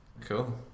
Cool